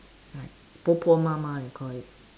like 婆婆妈妈 they call it